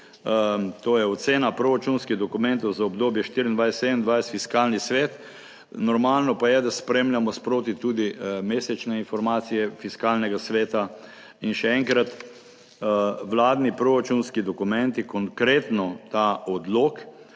to je ocena proračunskih dokumentov za obdobje 24, 27 Fiskalni svet, normalno pa je, da spremljamo sproti tudi mesečne informacije Fiskalnega sveta. In še enkrat, vladni proračunski dokumenti, konkretno ta odlok